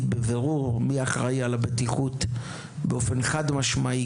בבירור מי האחראי על הבטיחות באופן חד משמעי,